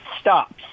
stops